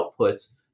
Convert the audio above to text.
outputs